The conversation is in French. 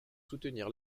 soutenir